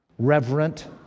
reverent